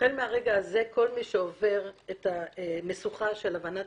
החל מהרגע הזה כל מי שעובר את המשוכה של הבנת